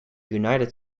united